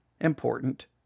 important